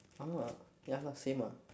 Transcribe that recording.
ah ya lah same ah